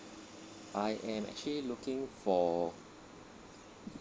I am actually looking for